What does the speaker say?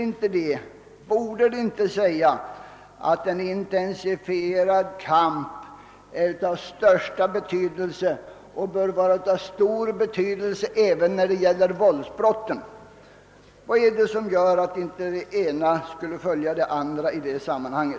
Borde inte detta säga oss att en intensifierad kamp är av största betydelse även när det gäller våldsbrotten? Vad är det som gör att inte det ena skulle följa det andra i detta sammanhang?